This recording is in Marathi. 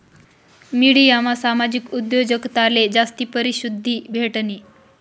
मिडियामा सामाजिक उद्योजकताले जास्ती परशिद्धी भेटनी